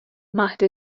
مهد